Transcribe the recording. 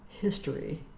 history